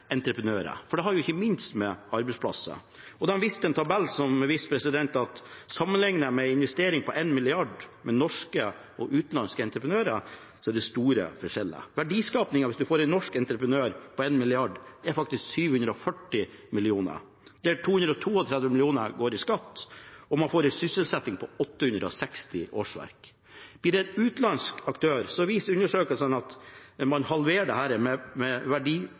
entreprenører, for det har ikke minst med arbeidsplasser å gjøre. De hadde en tabell som viste at når man sammenligner norske og utenlandske entreprenører, er det store forskjeller. Verdiskapingen ved en investering på 1 mrd. kr er, hvis man får en norsk entreprenør, faktisk 740 mill. kr, der 232 mill. kr går til skatt, og man får en sysselsetting på 860 årsverk. Blir det en utenlandsk aktør, viser undersøkelsene at man halverer verdien for Norge: 360 mill. kr og bare 421 årsverk. Så her